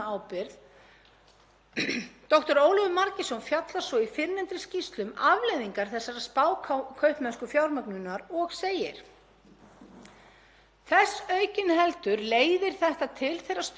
„Aukinheldur leiðir þetta til þeirrar stöðu að húsnæðisverð er, vegna stöðu lána með neikvæðum afborgunum í kerfinu, of hátt fyrir flesta lántaka sem vilja taka öruggari lán,